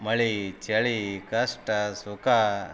ಮಳೆ ಚಳಿ ಕಷ್ಟ ಸುಖ